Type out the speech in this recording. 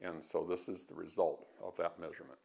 and so this is the result of that measurement